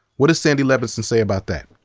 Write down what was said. what does sandy levinson say about that?